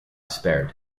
spared